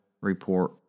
report